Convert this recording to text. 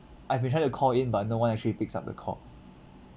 I've been trying to call in but no one actually picks up the call